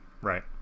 Right